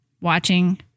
watching